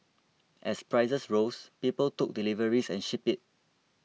as prices rose people took deliveries and shipped it